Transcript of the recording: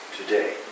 today